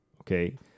Okay